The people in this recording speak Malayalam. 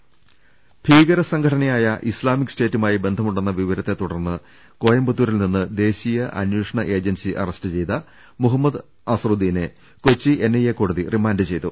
ൃ ഭീകരസംഘടനയായ ഇസ്ലാമിക് സ്റ്റേറ്റുമായി ബന്ധമുണ്ടെന്ന വിവ രത്തെ തുടർന്ന് കോയമ്പത്തൂരിൽ നിന്ന് ദേശീയ അന്വേഷണ ഏജൻസി അറസ്റ്റ് ചെയ്ത മുഹമ്മദ് അസ്ഹറുദ്ടീനെ കൊച്ചി എൻ ഐഎ കോടതി റിമാന്റ് ചെയ്തു